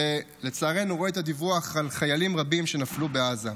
ולצערנו רואה את הדיווח על חיילים רבים שנפלו בעזה.